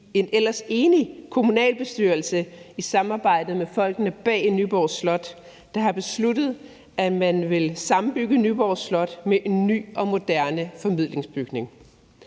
en ellers enig kommunalbestyrelse, der i samarbejde med folkene bag Nyborg Slot har besluttet, at man vil sammenbygge Nyborg Slot med en ny og moderne formidlingsbygning.